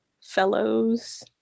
fellows